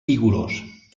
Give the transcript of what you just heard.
vigorós